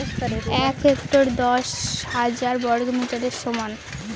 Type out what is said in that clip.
এক হেক্টর দশ হাজার বর্গমিটারের সমান